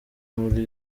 muri